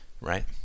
right